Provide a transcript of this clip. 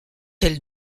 elle